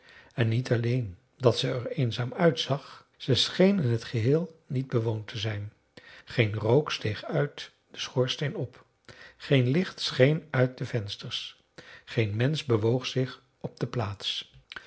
en niet alleen dat ze er eenzaam uitzag ze scheen in t geheel niet bewoond te zijn geen rook steeg uit den schoorsteen op geen licht scheen uit de vensters geen mensch bewoog zich op de plaats